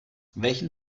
welchen